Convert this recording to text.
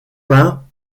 peint